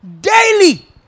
Daily